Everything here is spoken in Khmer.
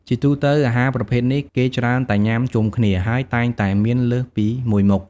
ជាទូទៅ អាហារប្រភេទនេះ គេច្រើនតែញុាំជុំគ្នា ហើយតែងតែមានលើសពីមួយមុខ។